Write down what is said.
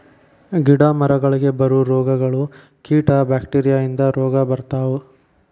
ಗಿಡಾ ಮರಗಳಿಗೆ ಬರು ರೋಗಗಳು, ಕೇಟಾ ಬ್ಯಾಕ್ಟೇರಿಯಾ ಇಂದ ರೋಗಾ ಬರ್ತಾವ